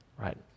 right